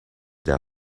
their